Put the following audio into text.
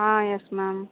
ah yes ma'am